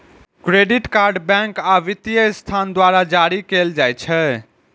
credit card bank आ वित्तीय संस्थान द्वारा जारी कैल जाइ छै